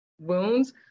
wounds